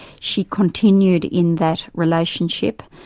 she continued in that relationship,